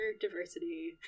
diversity